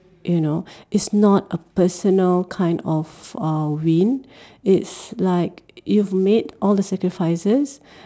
you know it's not a personal kind of uh win it's like you've made all the sacrifices